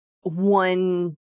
one